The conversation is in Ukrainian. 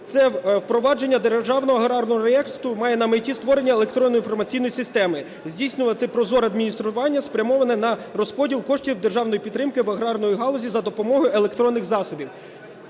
це впровадження Державного аграрного реєстру. Має на меті створення електронної інформаційної системи здійснювати прозоре адміністрування спрямоване на розподіл коштів державної підтримки в аграрній галузі за допомогою електронних засобів.